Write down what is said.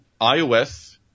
iOS